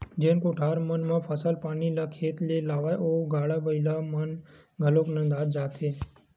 जेन कोठार मन म फसल पानी ल खेत ले लावय ओ गाड़ा बइला मन घलोक नंदात जावत हे